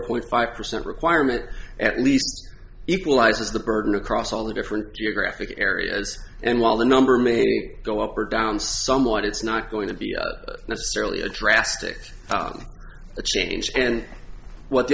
point five percent requirement at least equalize the burden across all the different geographic areas and while the number may go up or down somewhat it's not going to be necessarily a drastic change and what the